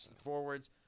Forwards